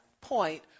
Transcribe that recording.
point